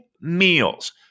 meals